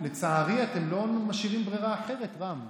לא יודע באמת איך להתייחס אליהן,